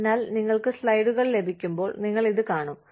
അതിനാൽ നിങ്ങൾക്ക് സ്ലൈഡുകൾ ലഭിക്കുമ്പോൾ നിങ്ങൾ ഇത് കാണും